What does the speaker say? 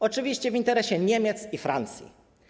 Oczywiście w interesie Niemiec i Francji.